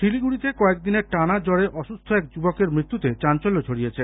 শিলিগুডিতে কয়েকদিনের টানা জ্বরে অসুস্থ এক যুবকের মৃত্যুতে চাঞ্চল্য ছড়িয়েছে